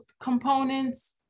components